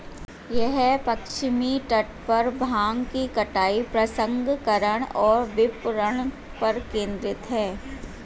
यह पश्चिमी तट पर भांग की कटाई, प्रसंस्करण और विपणन पर केंद्रित है